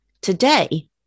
Today